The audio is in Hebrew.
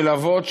של אבות,